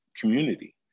community